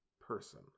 person